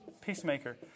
Peacemaker